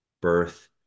birth